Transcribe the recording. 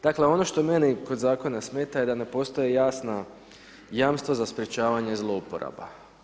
Dakle, ono što meni kod Zakona smeta je da ne postoje jasna jamstva za sprečavanje zlouporaba.